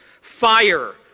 fire